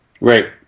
Right